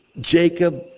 Jacob